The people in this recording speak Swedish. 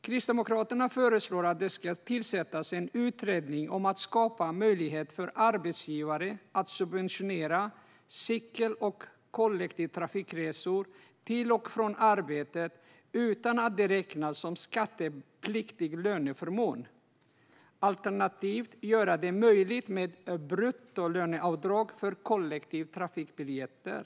Kristdemokraterna föreslår att det ska tillsättas en utredning om att skapa möjlighet för arbetsgivare att subventionera cykel och kollektivtrafikresor till och från arbetet utan att det räknas som skattepliktig löneförmån. Alternativt bör man göra det möjligt med ett bruttolöneavdrag för kollektivtrafikbiljetter.